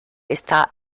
está